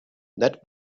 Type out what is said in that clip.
that